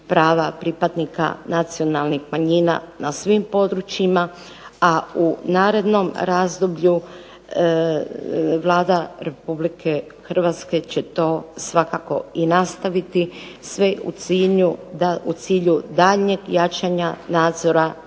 pripadnika nacionalnih manjina na svim područjima, a u narednom razdoblju Vlada Republike Hrvatske će to svakako i nastaviti sve u cilju daljnjeg jačanja nadzora